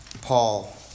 Paul